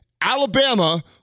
Alabama